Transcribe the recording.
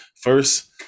First